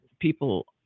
people